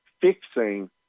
fixing